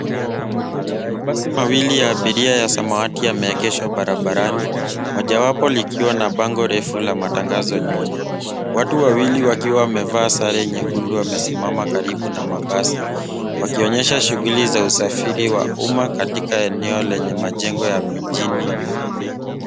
Mabasi mawili ya abiria ya samawati yameegeshwa barabarani. Mmojawapo likiwa na bango refu lenye matangazo nyuma. Watu wawili wakiwa wamevaa sare nyekundu wanasimama karibu na mabasi wakionyesha shughuli za usafiri wa umma katika eneo lenye majengo ya mijini nyuma.